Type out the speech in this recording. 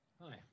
Hi